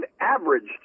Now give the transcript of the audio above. averaged